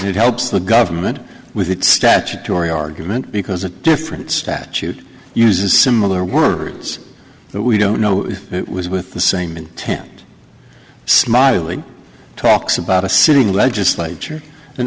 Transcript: it helps the government with its statutory argument because a different statute uses similar words that we don't know if it was with the same intent smiling talks about a sitting legislature and